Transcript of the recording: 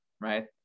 right